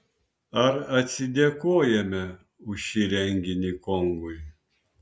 ar atsidėkojame už šį renginį kongui